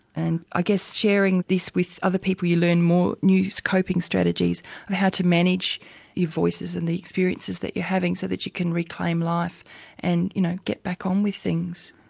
and i guess sharing this with other people you learn more new coping strategies of how to manage your voices and the experiences that you're having, so that you can reclaim life and you know get back on with things.